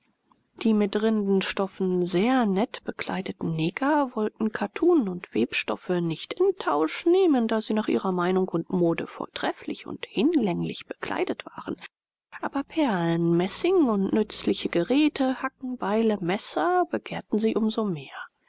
die mit rindenstoffen sehr nett bekleideten neger wollten kattun und webstoffe nicht in tausch nehmen da sie nach ihrer meinung und mode vortrefflich und hinlänglich bekleidet waren aber perlen messing und nützliche geräte hacken beile messer begehrten sie um so mehr